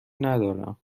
ندارم